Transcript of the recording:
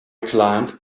climbed